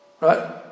right